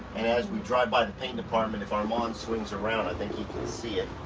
and as we drive by the painting department, if armand swings around, i think he can see it.